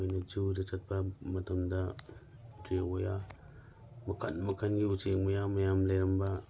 ꯑꯩꯈꯣꯏꯅ ꯖꯨꯗ ꯆꯠꯄ ꯃꯇꯝꯗ ꯎꯆꯦꯛ ꯋꯥꯌꯥ ꯃꯈꯟ ꯃꯈꯟꯒꯤ ꯎꯆꯦꯛ ꯃꯌꯥꯝ ꯃꯌꯥꯝ ꯂꯩꯔꯝꯕ